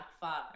father